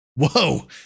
Whoa